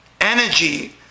energy